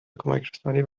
کمکرسانی